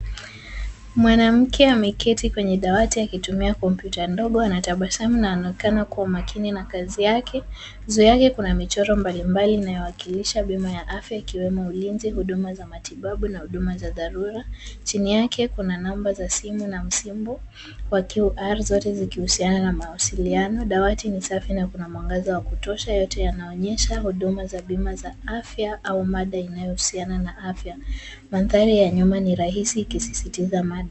Mwanamke ameketi kwenye dawati akitumia kompyuta ndogo, anatabasamu na anaonekana kuwa makini na kazi yake. Juu yake kuna michoro mbalimbali inayowakilisha bima ya afya ikiwemo ulinzi, huduma za matibabu na huduma za dharura. Chini yake kuna namba za simu na msimbo wa QR zote zikihusiana na mawasiliano. Dawati ni safi na kuna mwangaza wa kutosha. Yote yanaonyesha huduma za bima za afya au mada inayohusiana na afya. Mandhari ya nyumba ni rahisi ikisisitiza mada.